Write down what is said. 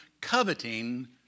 coveting